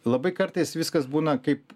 labai kartais viskas būna kaip